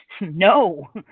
No